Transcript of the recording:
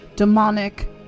Demonic